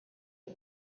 het